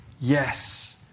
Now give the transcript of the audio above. yes